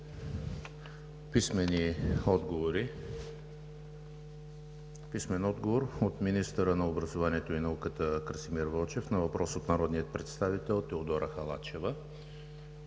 Писмени отговори от: - министъра на образованието и науката Красимир Вълчев на въпрос от народния представител Теодора Халачева;